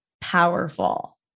powerful